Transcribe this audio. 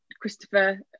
Christopher